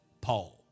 Paul